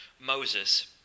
Moses